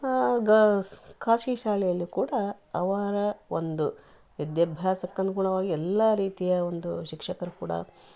ಗ ಸ್ ಖಾಶಗಿ ಶಾಲೆಯಲ್ಲಿ ಕೂಡ ಅವರ ಒಂದು ವಿದ್ಯಾಭ್ಯಾಸಕ್ಕನುಗುಣವಾಗಿ ಎಲ್ಲಾ ರೀತಿಯ ಒಂದು ಶಿಕ್ಷಕರು ಕೂಡ